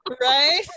Right